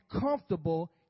comfortable